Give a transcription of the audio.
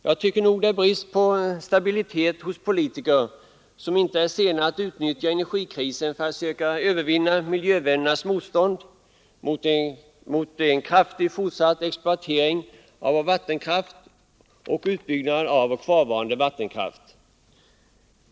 Jag tycker nog det är brist på stabilitet hos politiker som inte är sena att utnyttja energikrisen för att söka övervinna miljövännernas motstånd mot en kraftig fortsatt exploatering av vår vattenkraft.